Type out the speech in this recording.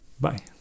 Bye